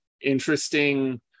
interesting